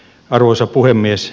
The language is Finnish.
arvoisa puhemies